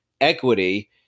equity